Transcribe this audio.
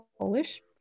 Polish